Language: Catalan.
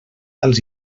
als